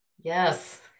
yes